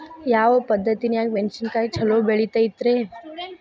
ಯಾವ ಪದ್ಧತಿನ್ಯಾಗ ಮೆಣಿಸಿನಕಾಯಿ ಛಲೋ ಬೆಳಿತೈತ್ರೇ?